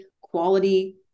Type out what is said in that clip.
quality